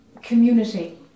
community